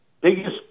biggest